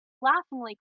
laughingly